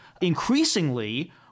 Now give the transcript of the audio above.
increasingly